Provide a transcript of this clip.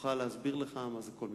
תוכל להסביר לך מה זה כל מבחן.